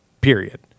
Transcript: period